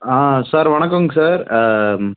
ஆ sir வணக்கங்க sir